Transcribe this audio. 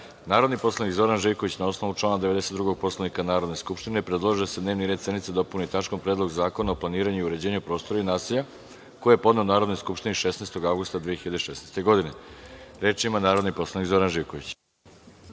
predlog. Narodni poslanik Zoran Živković, na osnovu člana 92. Poslovnika Narodne skupštine, predložio je da se dnevni red sednice dopuni tačkom – Predlog zakona o planiranju i uređenju prostora i nasilja, koji je podneo Narodnoj skupštini 16. avgusta 2016. godine. Reč ima narodni poslanik Zoran Živković.